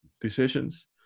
decisions